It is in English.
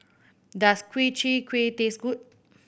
does Ku Chai Kuih taste good